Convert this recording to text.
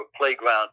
playground